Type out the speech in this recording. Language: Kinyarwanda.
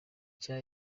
nshya